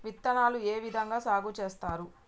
విత్తనాలు ఏ విధంగా సాగు చేస్తారు?